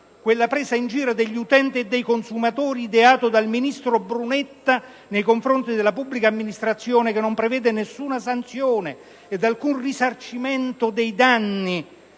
quella presa in giro degli utenti e dei consumatori ideata dal ministro Brunetta nei confronti della pubblica amministrazione, che non prevede alcuna sanzione ed alcun risarcimento dei danni